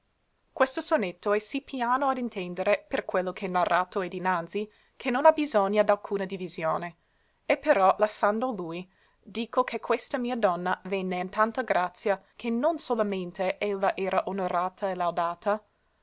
questo sonetto è sì piano ad intendere per quello che narrato è dinanzi che non abbisogna d'alcuna divisione e però lassando lui dico che questa mia donna venne in tanta grazia che non solamente ella era onorata e laudata ma